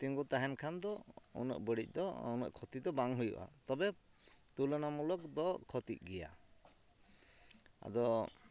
ᱛᱤᱸᱜᱩ ᱛᱟᱦᱮᱱ ᱠᱷᱟᱱᱫᱚ ᱩᱱᱟᱹᱜ ᱵᱟᱹᱲᱤᱡᱫᱚ ᱩᱱᱟᱹᱜ ᱠᱷᱚᱛᱤᱫᱚ ᱵᱟᱝ ᱦᱩᱭᱩᱜᱼᱟ ᱛᱚᱵᱮ ᱛᱩᱞᱚᱱᱟᱢᱩᱞᱚᱠ ᱫᱚ ᱠᱷᱚᱛᱤᱜ ᱜᱮᱭᱟ ᱟᱫᱚ